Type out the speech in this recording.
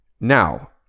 Now